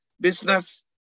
business